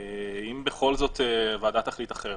אם בכל זאת הוועדה תחליט אחרת,